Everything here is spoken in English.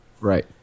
Right